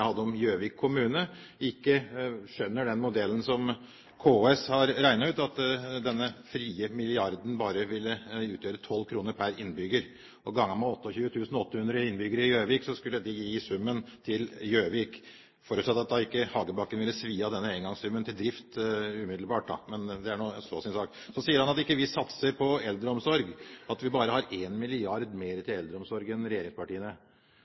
hadde om Gjøvik kommune, at han ikke skjønner den modellen som KS har regnet ut, at den frie milliarden bare ville utgjøre 12 kr per innbygger. Ganget med Gjøviks 28 800 innbyggere skulle det gi summen til Gjøvik – forutsatt at Hagebakken ikke vil svi av denne engangssummen på drift umiddelbart, men det er så sin sak. Så sier han at vi ikke satser på eldreomsorg, at vi bare har 1 mrd. kr mer til eldreomsorg enn regjeringspartiene. Da vil jeg be Hagebakken lese budsjettet en